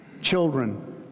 children